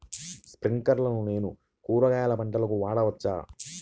స్ప్రింక్లర్లను నేను కూరగాయల పంటలకు వాడవచ్చా?